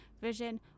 vision